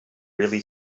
really